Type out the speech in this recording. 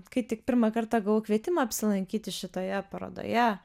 kai tik pirmą kartą gavau kvietimą apsilankyti šitoje parodoje